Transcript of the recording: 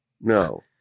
No